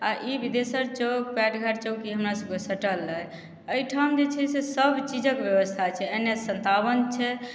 आओर ई बिन्देश्वर चौक चौक ई हमरा सबके सटल अइ अइठाम जे छै से सब चीजके व्यवस्था छै एन एच संतावन छै